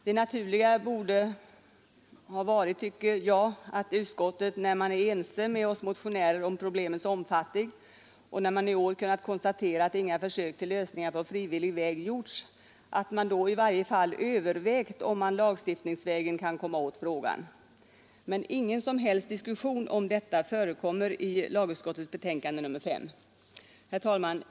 Det naturliga borde ha varit, tycker jag, att man i utskottet, eftersom man där är ense med oss motionärer om problemets omfattning, och då man i år kunnat konstatera att inga försök till lösningar på frivillig väg gjorts, i varje fall hade övervägt, huruvida man lagstiftningsvägen kan komma åt frågan; men ingen som helst diskussion om detta förekommer i lagutskottets betänkande nr 5. Herr talman!